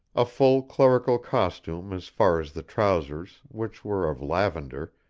a full clerical costume as far as the trousers, which were of lavender,